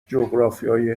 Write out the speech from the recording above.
جغرافیای